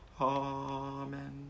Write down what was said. Amen